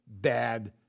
bad